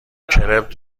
کرپ